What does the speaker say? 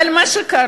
אבל מה שקרה,